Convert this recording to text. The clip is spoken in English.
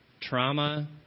trauma